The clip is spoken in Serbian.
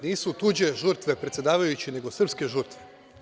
Nisu tuđe žrtve, predsedavajući, nego srpske žrtve.